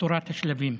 תורת השלבים,